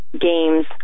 games